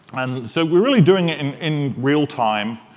and so we're really doing it in in real time,